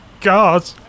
God